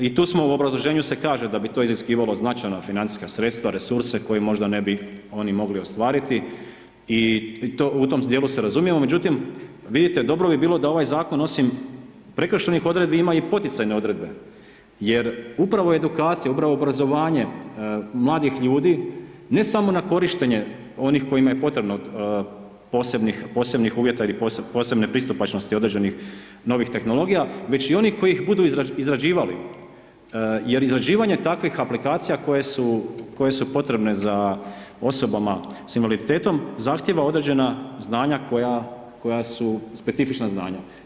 I tu smo u obrazloženju se kaže da bi to iziskivalo značajna financijska sredstva, resurse koje možda ne bi oni mogli ostvariti i u tom dijelu se razumijemo, međutim vidite, dobro bi bilo da ovaj zakon, osim prekršajnih odredbi ima i poticajne odredbe jer upravo edukacija, upravo obrazovanje mladih ljudi, ne samo na korištenje onih kojima je potrebno posebnih uvjeta ili posebne pristupačnosti određenih novih tehnologija, već i onih koji ih budu izrađivali jer izrađivanje takvih aplikacija koje su potrebne za osobama s invaliditetom zahtjeva određena znanja koja su specifična znanja.